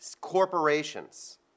corporations